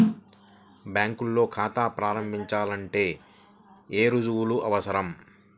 బ్యాంకులో ఖాతా ప్రారంభించాలంటే ఏ రుజువులు అవసరం?